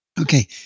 Okay